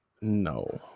No